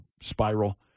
spiral